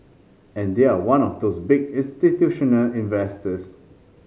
and they are one of those big institutional investors